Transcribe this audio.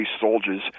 soldiers